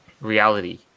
reality